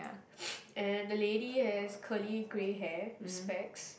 and the lady has curly grey hair with specs